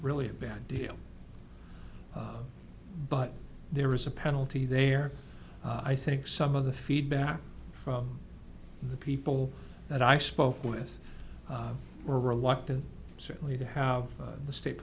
really a bad deal but there was a penalty there i think some of the feedback from the people that i spoke with were reluctant certainly to have the state